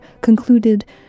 concluded